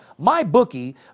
MyBookie